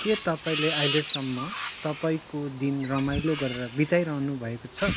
के तपाईँले अहिलेसम्म तपाईँको दिन रमाइलो गरेर बिताइरहनु भएको छ